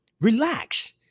Relax